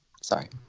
Sorry